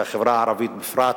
והחברה הערבית בפרט,